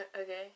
okay